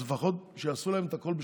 אז לפחות שיעשו להם את הכול בשנתיים.